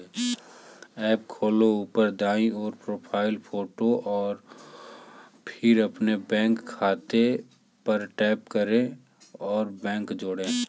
app खोलो, ऊपर दाईं ओर, प्रोफ़ाइल फ़ोटो और फिर अपने बैंक खाते पर टैप करें और बैंक जोड़ें